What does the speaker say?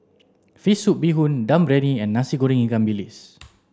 fish soup bee hoon dum briyani and nasi goreng ikan bilis